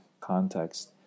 context